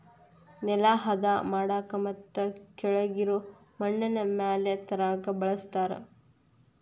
ನೆಲಾ ಹದಾ ಮಾಡಾಕ ಮತ್ತ ಕೆಳಗಿರು ಮಣ್ಣನ್ನ ಮ್ಯಾಲ ತರಾಕ ಬಳಸ್ತಾರ